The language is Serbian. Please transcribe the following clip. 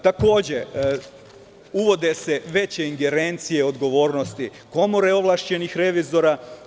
Takođe, uvode se veće ingerencije i odgovornosti komore ovlašćenih revizora.